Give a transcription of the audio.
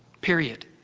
Period